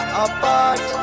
apart